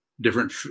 different